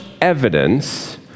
evidence